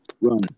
run